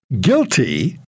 guilty